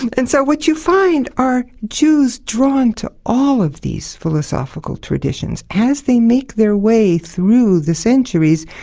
and so what you find are jews drawn to all of these philosophical traditions, as they make their way through the centuries,